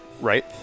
right